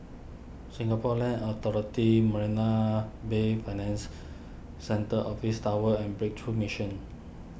Singapore Land Authority Marina Bay Finans Centre Office Tower and Breakthrough Mission